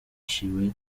hiciwe